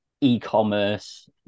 e-commerce